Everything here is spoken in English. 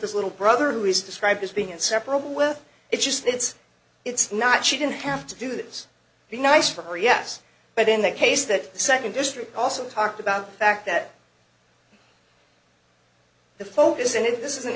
his little brother who is described as being inseparable with it just that it's it's not she didn't have to do this be nice for her yes but in that case that second district also talked about the fact that the focus and this is an